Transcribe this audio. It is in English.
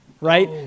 right